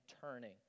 turning